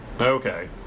Okay